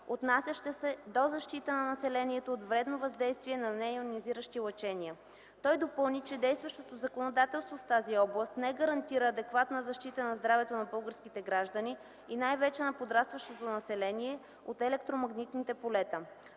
отнасяща се до защита на населението от вредното въздействие на нейонизиращите лъчения. Той допълни, че действащото законодателство в тази област не гарантира адекватна защита на здравето на българските граждани, и най-вече на подрастващото население, от електромагнитните полета.